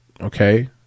okay